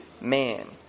man